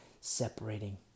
separating